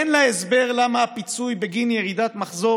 אין לה הסבר למה הפיצוי בגין ירידת מחזור